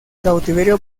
cautiverio